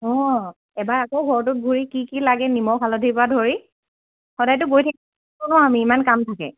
অঁ এবাৰ আকৌ ঘৰটো ঘূৰি কি কি লাগে নিমখ হালধিৰ পৰা ধৰি সদায়তো গৈ থাকিব নোৱাৰো আমি ইমান কাম থাকে